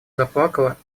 заплакала